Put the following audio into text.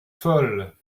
folle